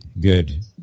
good